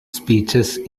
speeches